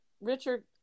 Richard –